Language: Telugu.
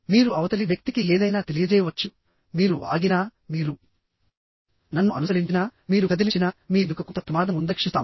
మీరు అవతలి వ్యక్తికి ఏదైనా తెలియజేయవచ్చుమీరు ఆగినా మీరు నన్ను అనుసరించినామీరు కదిలించినామీ వెనుక కొంత ప్రమాదం ఉందరక్షిస్తాము